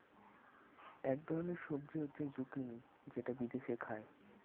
এক ধরনের সবজি হচ্ছে জুকিনি যেটা বিদেশে খায়